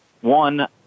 One